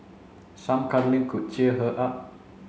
some cuddling could cheer her up